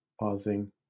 pausing